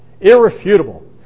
irrefutable